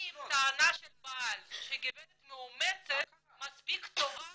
האם טענה של בעל שהגברת מאומצת מספיק טובה